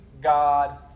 God